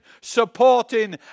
supporting